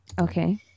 Okay